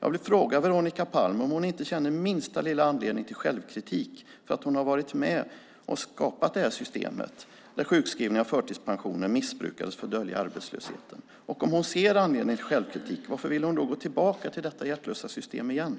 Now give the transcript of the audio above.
Jag vill fråga Veronica Palm om hon inte känner minsta lilla anledning till självkritik för att hon har varit med och skapat det här systemet, där sjukskrivningar och förtidspensioner missbrukades för att dölja arbetslösheten. Och om hon ser anledning till självkritik undrar jag: Varför vill hon gå tillbaka till detta hjärtlösa system igen?